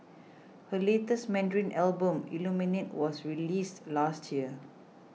her latest Mandarin Album Illuminate was released last year